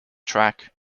track